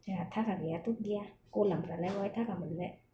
जोंहा थाखा गैयाथ' गैया गलामफ्रालाय बहा थाखा मोननो